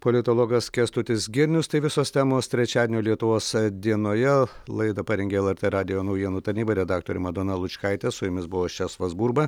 politologas kęstutis girnius tai visos temos trečiadienio lietuvos dienoje laidą parengė lrt radijo naujienų tarnyba redaktorė madona lučkaitė su jumis buvau aš česlovas burba